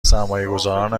سرمایهگذاران